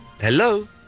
Hello